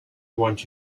want